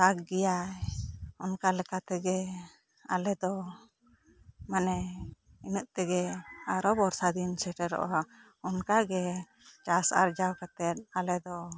ᱫᱟᱜ ᱜᱮᱭᱟᱭ ᱚᱱᱠᱟ ᱞᱮᱠᱟ ᱛᱮᱜᱮ ᱟᱞᱮ ᱫᱚ ᱢᱟᱱᱮ ᱤᱱᱟᱹᱜ ᱛᱮᱜᱮ ᱟᱨᱚ ᱵᱚᱨᱥᱟ ᱫᱤᱱ ᱥᱮᱴᱮᱨᱚᱜ ᱟ ᱚᱱᱠᱟ ᱜᱮ ᱪᱟᱥ ᱟᱨᱡᱟᱣ ᱠᱟᱛᱮᱫ ᱟᱞᱮ ᱫᱚ